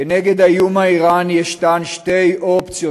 כנגד האיום האיראני ישנן שתי אופציות,